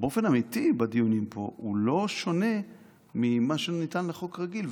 באופן אמיתי בדיונים פה הוא לא שונה ממה שניתן לחוק רגיל,